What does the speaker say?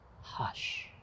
hush